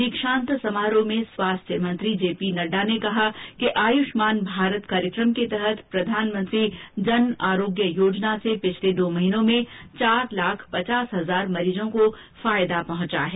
दीक्षांत समारोह में स्वास्थ्य मंत्री जेपी नड्डा ने कहा कि आयुष्मान भारत कार्यक्रम के तहत प्रधानमंत्री जन आरोग्य योजना से पिछले दो महीनों में चार लाख पचास हजार मरीजों को फायदा पहंचा है